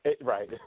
Right